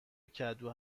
کدو